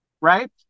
Right